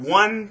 one